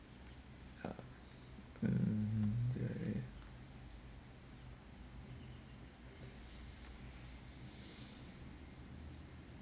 hmm